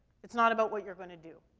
it's not about what you're gonna do,